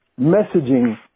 messaging